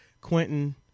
Quentin